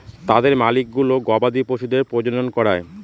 তাদের মালিকগুলো গবাদি পশুদের প্রজনন করায়